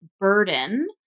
burden